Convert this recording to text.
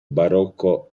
barocco